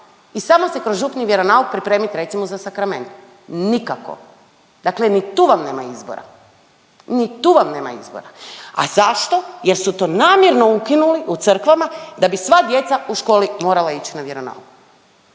i samo se kroz župni vjeronauk pripremit recimo za sakrament. Nikako. Dakle ni tu vam nema izbora, ni tu vam nema izbora. A zašto? Jer su to namjerno ukinuli u crkvama da bi sva djeca u školi morala ići na vjeronauk.